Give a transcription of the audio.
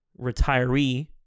retiree